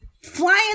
flying